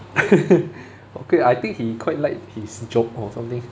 okay I think he quite like his job or something